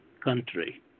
country